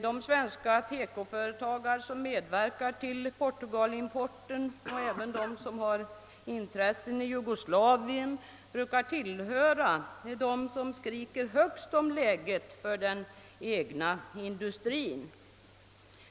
De svenska TEKO-företag som medverkar till portugalimporten och även de som har intressen i Jugoslavien brukar tillhöra dem som skriker högst om läget för den svenska TEKO-industrin.